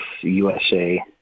USA